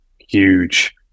huge